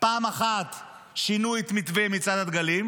פעם אחת שינו את מתווה מצעד הדגלים,